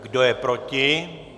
Kdo je proti?